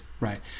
right